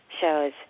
Shows